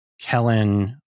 Kellen